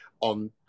on